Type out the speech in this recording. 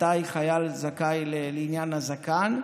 מתי חייל זכאי לעניין הזקן.